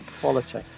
Quality